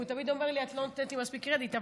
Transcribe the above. כי הוא תמיד אומר לי: את לא נותנת לי מספיק קרדיט.